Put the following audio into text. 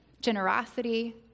generosity